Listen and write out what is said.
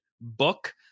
book